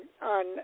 on